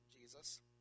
Jesus